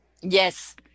yes